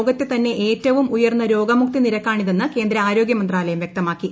ലോകത്തെ തന്നെ ഏറ്റവും ഉയർന്നരോഗമുക്തി നിരക്കാണിതെന്ന് കേന്ദ്ര ആരോഗൃമന്ത്രാലയം വൃക്തമാക്കി